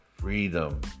freedom